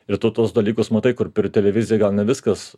ir tu tuos dalykus matai kur per televiziją gal ne viskas